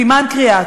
סימן קריאה.